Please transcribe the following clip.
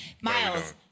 Miles